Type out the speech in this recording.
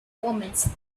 omens